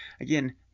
Again